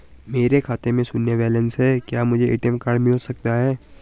मेरे खाते में शून्य बैलेंस है क्या मुझे ए.टी.एम कार्ड मिल सकता है?